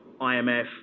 IMF